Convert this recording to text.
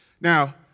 Now